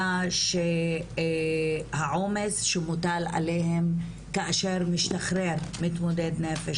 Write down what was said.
היה שהעומס שמוטל עליהם כאשר משתחרר מתמודד נפש